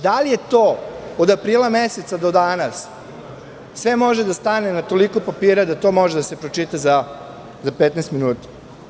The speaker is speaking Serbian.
Da li to, od aprila meseca do danas, sve može da stane na toliko papira da to može da se pročita za petnaest minuta?